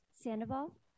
Sandoval